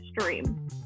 stream